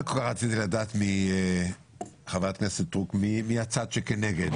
לדעת, חברת הכנסת סטרוק, מי הצד שכנגד